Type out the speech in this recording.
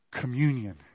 communion